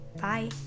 Bye